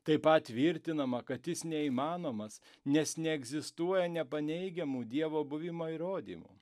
taip pat tvirtinama kad jis neįmanomas nes neegzistuoja nepaneigiamų dievo buvimo įrodymų